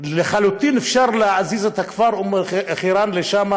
לחלוטין אפשר להזיז את הכפר אום-אלחיראן לשם,